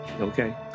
okay